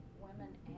women